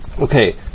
Okay